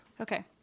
Okay